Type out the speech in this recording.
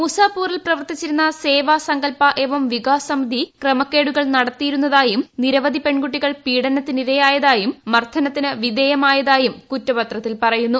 മുസ്സാപൂരിൽ പ്രവർത്തിച്ചിരുന്ന സേവ സങ്കൽപ്പ് ഏവം വികാസ് സമിതി ക്രമക്കേടുകൾ നടത്തിയിരുന്നത്യായും നിരവധി പെൺകുട്ടികൾ പീഢനത്തിനിരയായരായുട്ടു മർദ്ദനത്തിന് വിവിദേയമായതായു കുറ്റപത്രത്തിൽ പറയുന്നു